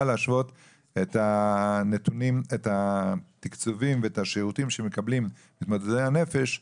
להשוות את התקצוב ואת השירותים שמקבלים מתמודדי הנפש,